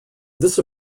this